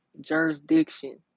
jurisdiction